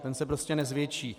Ten se prostě nezvětší.